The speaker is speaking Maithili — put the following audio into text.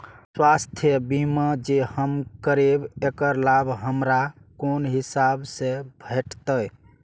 स्वास्थ्य बीमा जे हम करेब ऐकर लाभ हमरा कोन हिसाब से भेटतै?